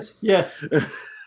yes